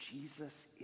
jesus